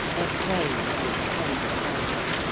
or praise with tender pride.